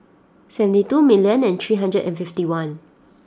seventy two million and three hundred and fifty one